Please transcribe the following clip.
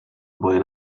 oboje